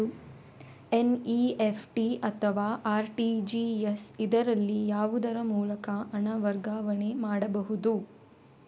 NEFT ಅಥವಾ RTGS, ಇದರಲ್ಲಿ ಯಾವುದರ ಮೂಲಕ ಹಣ ವರ್ಗಾವಣೆ ಮಾಡಬಹುದು?